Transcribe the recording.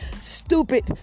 stupid